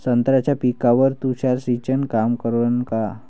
संत्र्याच्या पिकावर तुषार सिंचन काम करन का?